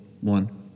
One